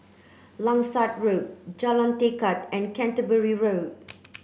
Langsat Road Jalan Tekad and Canterbury Road